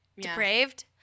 Depraved